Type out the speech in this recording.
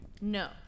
No